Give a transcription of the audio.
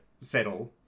settle